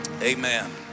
Amen